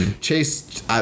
Chase